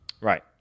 Right